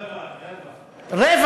רבע, רבע.